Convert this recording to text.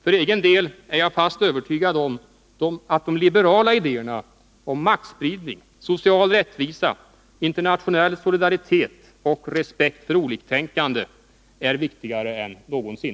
För egen del är jag fast övertygad om att de liberala idéerna om maktspridning, social rättvisa, internationell solidaritet och respekt för oliktänkande är viktigare än någonsin.